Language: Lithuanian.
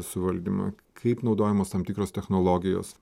suvaldymą kaip naudojamos tam tikros technologijos